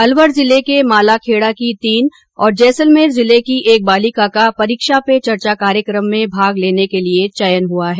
अलवर जिले के मालाखेडा की तीन और जैसलमेर जिले की एक बालिका का परीक्षा पे चर्चा कार्यक्रम में भाग लेने के लिए चयन हआ है